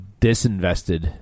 disinvested